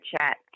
chat